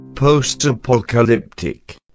post-apocalyptic